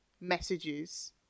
messages